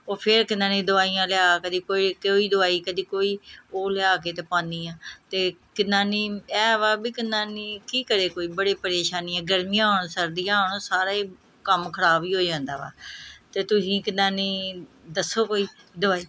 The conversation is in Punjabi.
ਉਹ ਫਿਰ ਕਿਨਾ ਨੀ ਦਵਾਈਆਂ ਲਿਆ ਕਦੇ ਕੋਈ ਕੋਈ ਦਵਾਈ ਕਦੇ ਕੋਈ ਉਹ ਲਿਆ ਕੇ ਤੇ ਪਾਉਂਦੀ ਹਾਂ ਤੇ ਕਿਨਾ ਨੀ ਐਹ ਵਾ ਵੀ ਕਿਨਾ ਨੀ ਕੀ ਕਰੇ ਕੋਈ ਬੜੀ ਪ੍ਰੇਸ਼ਾਨੀ ਆ ਗਰਮੀਆਂ ਹੋਣ ਸਰਦੀਆਂ ਹੋਣ ਸਾਰਾ ਹੀ ਕੰਮ ਖ਼ਰਾਬ ਹੀ ਹੋ ਜਾਂਦਾ ਵਾ ਅਤੇ ਤੁਸੀਂ ਕਿਨਾ ਨੀ ਦੱਸੋ ਕੋਈ ਦਵਾਈ